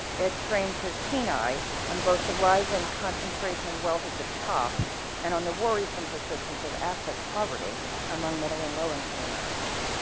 ed trains his keen eye on both the rising concentration of wealth at the top and on the worrisome persistent of asset poverty among middle and the low income americans.